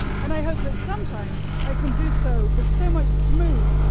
and i hope that sometimes i can do so with so much smooth,